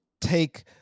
take